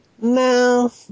No